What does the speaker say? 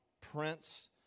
Prince